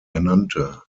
ernannte